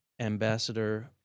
Ambassador